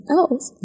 else